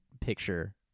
picture